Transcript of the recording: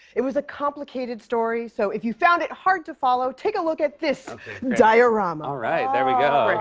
it was a complicated story, so if you found it hard to follow, take a look at this diorama. alright. there we go.